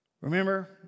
Remember